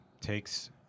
takes